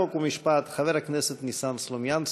חוק ומשפט חבר הכנסת ניסן סלומינסקי.